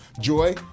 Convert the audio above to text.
Joy